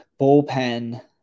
bullpen